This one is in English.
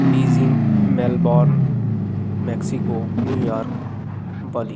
Beijing Melbourne Mexico New York Bali